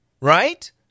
right